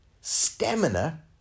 stamina